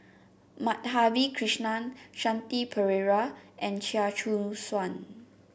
Madhavi Krishnan Shanti Pereira and Chia Choo Suan